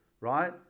right